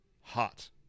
hot